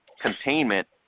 containment